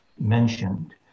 mentioned